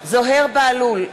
זוהיר בהלול,